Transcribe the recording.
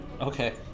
Okay